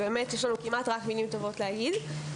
יש לנו כמעט רק מילים טובות להגיד.